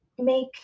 make